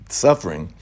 suffering